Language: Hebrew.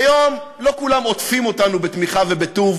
כי היום לא כולם עוטפים אותנו בתמיכה ובטוב,